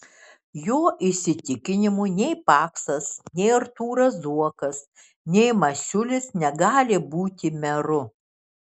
jo įsitikinimu nei paksas nei artūras zuokas nei masiulis negali būti meru